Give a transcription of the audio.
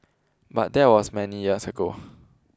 but that was many years ago